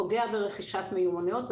פוגע ברכישת מיומנויות,